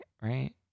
Right